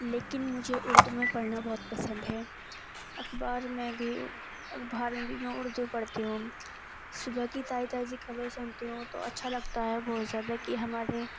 لیکن مجھے اردو میں پڑھنا بہت پسند ہے اخبار میں بھی اخبار میں بھی میں اردو پڑھتی ہوں صبح کی تازی تازی خبر سنتی ہوں تو اچھا لگتا ہے بہت زیادہ کہ ہمارے